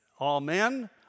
amen